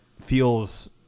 feels